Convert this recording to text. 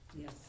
Yes